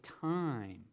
time